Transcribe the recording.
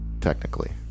technically